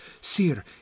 sir